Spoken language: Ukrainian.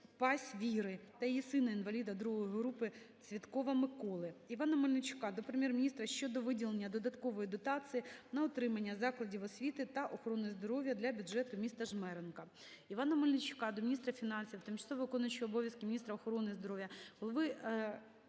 Пась Віри та її сина-інваліда II групи Цвєткова Миколи. Івана Мельничука до Прем'єр-міністра щодо виділення додаткової дотації на утримання закладів освіти та охорони здоров'я для бюджету міста Жмеринка. Івана Мельничука до міністра фінансів, тимчасово виконуючої обов'язки міністра охорони здоров'я,